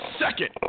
second